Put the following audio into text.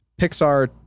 Pixar